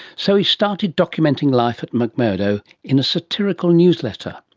so he started documenting life at mcmurdo in a satirical newsletter,